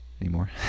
anymore